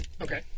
Okay